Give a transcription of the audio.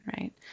Right